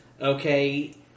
okay